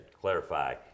clarify